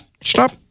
Stop